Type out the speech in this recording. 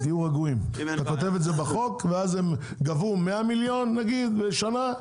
אתה כותב את זה בחוק ואז הם גבו 100 מיליון נגיד בשנה,